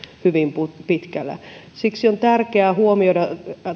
hyvin pitkällä siksi on tärkeää huomioida